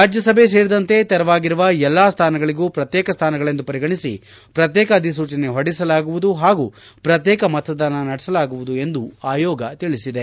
ರಾಜ್ವಸಭೆ ಸೇರಿದಂತೆ ತೆರವಾಗಿರುವ ಎಲ್ಲಾ ಸ್ಥಾನಗಳಗೂ ಪ್ರತ್ಯೇಕ ಸ್ಥಾನಗಳೆಂದು ಪರಿಗಣಿಸಿ ಪ್ರತ್ಯೇಕ ಅಧಿಸೂಚನೆ ಹೊರಡಿಸಲಾಗುವುದು ಹಾಗೂ ಪ್ರತ್ನೇಕ ಮತದಾನ ನಡೆಸಲಾಗುವುದು ಎಂದು ಆಯೋಗ ತಿಳಿಬದೆ